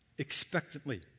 Expectantly